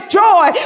joy